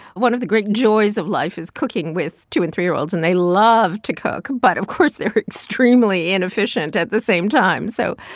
one of the great joys of life is cooking with two and three year olds, and they love to cook. but, of course, they're extremely inefficient at the same time. so,